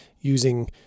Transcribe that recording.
using